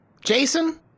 Jason